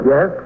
Yes